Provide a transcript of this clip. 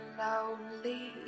lonely